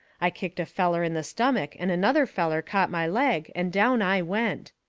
i kicked a feller in the stomach, and another feller caught my leg, and down i went.